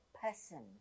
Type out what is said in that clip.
person